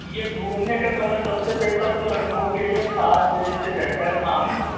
ये घूमने के समय सबसे बेहतर तो लखनऊ के लिए सात बजे से रहता है शाम को